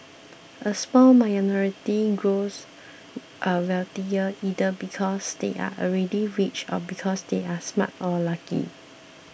a small minority grows wealthier either because they are already rich or because they are smart or lucky